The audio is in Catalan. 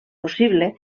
possible